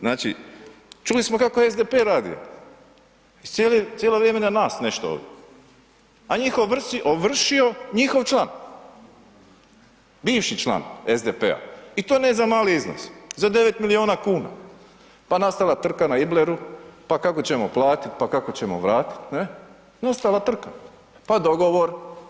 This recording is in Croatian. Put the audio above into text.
Znači, čuli smo kako je SDP radio i cijelo vrijeme na nas nešto, a njih ovršio njihov član, bivši član SDP-a i to ne za mali iznos, za 9 miliona kuna, pa nastala trga na Ibleru, pa kako ćemo platit, pa kako ćemo vratit ne, nastala trka, pa dogovor.